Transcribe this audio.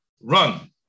Run